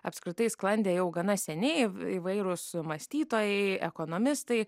apskritai sklandė jau gana seniai įvairūs mąstytojai ekonomistai